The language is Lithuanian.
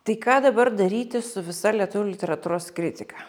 tai ką dabar daryti su visa lietuvių literatūros kritika